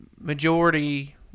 majority